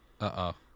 uh-oh